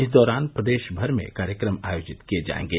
इस दौरान प्रदेश भर में कार्यक्रम आयोजित किये जायेंगे